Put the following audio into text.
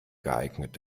geeignet